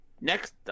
Next